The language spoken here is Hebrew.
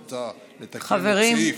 חברים,